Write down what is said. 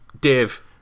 Dave